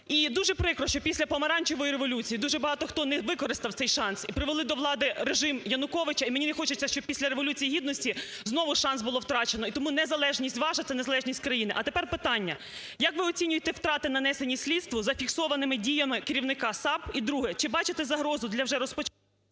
дуже прикро, що після Помаранчевої революції дуже багато, хто не використав цей шанс і привели до влади режим Януковича. І мені не хочеться, щоб після Революції Гідності знову шанс було втрачено. І тому незалежність ваша це незалежність країни. А тепер питання: як ви оцінюєте втрати, нанесені слідству зафіксованими діями керівника САП? І друге. Чи бачите загрозу для вже…